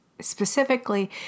specifically